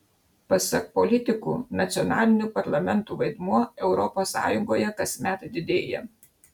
pasak politikų nacionalinių parlamentų vaidmuo europos sąjungoje kasmet didėja